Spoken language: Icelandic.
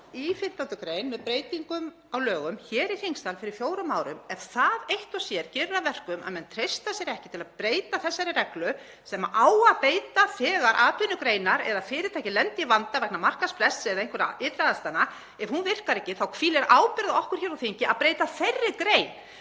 í 15. gr. með breytingum á lögum hér í þingsal fyrir fjórum árum, ef það eitt og sér gerir að verkum að menn treysta sér ekki til að breyta þessari reglu sem á að beita þegar atvinnugreinar eða fyrirtæki lenda í vanda vegna markaðsbrests eða einhverra aðstæðna, ef hún virkar ekki þá hvílir ábyrgð á okkur hér á þingi að breyta þeirri grein.